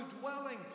dwelling